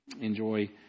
enjoy